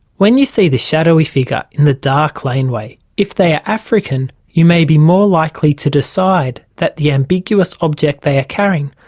when you see this shadowy figure in the dark laneway, if they are african you may be more likely to decide that the ambiguous object they are carrying,